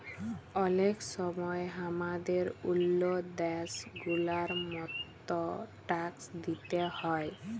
অলেক সময় হামাদের ওল্ল দ্যাশ গুলার মত ট্যাক্স দিতে হ্যয়